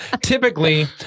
typically